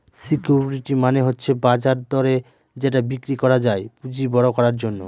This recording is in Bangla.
সিকিউরিটি মানে হচ্ছে বাজার দরে যেটা বিক্রি করা যায় পুঁজি বড়ো করার জন্য